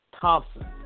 Thompson